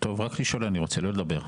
טוב, רק לשאול אני רוצה, לא לדבר.